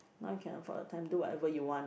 now you can afford the time do whatever you want